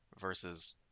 versus